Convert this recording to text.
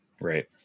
Right